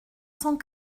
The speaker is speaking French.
cent